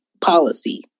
policy